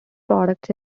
products